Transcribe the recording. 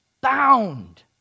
bound